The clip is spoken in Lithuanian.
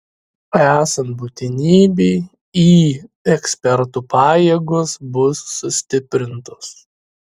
esant būtinybei į ekspertų pajėgos bus sustiprintos